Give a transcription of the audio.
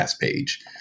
page